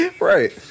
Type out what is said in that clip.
Right